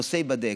הנושא ייבדק.